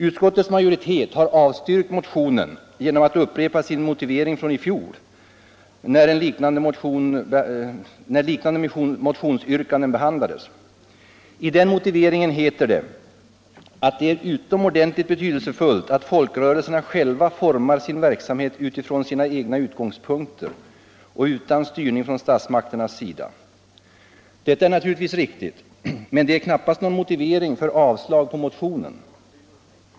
Utskottets majoritet har avstyrkt motionen genom att upprepa sin motivering från i fjol, då liknande motionsyrkanden behandlades. I den motiveringen heter det ”att det är utomordentligt betydelsefullt att folkrörelserna själva formar sin verksamhet utifrån sina egna utgångspunkter och utan styrning från statsmakternas sida”. Detta är naturligtvis riktigt, men det är knappast någon motivering för avslag på motionen.